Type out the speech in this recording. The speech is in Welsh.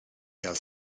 gael